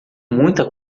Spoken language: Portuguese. muita